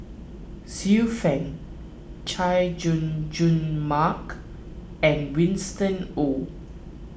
Xiu Fang Chay Jung Jun Mark and Winston Oh